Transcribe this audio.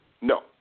No